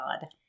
God